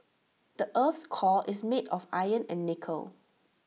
the Earth's core is made of iron and nickel